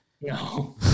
No